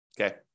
Okay